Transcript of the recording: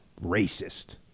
racist